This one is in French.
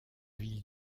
ville